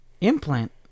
implant